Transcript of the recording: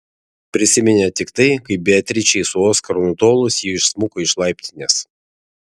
prisiminė tik tai kaip beatričei su oskaru nutolus ji išsmuko iš laiptinės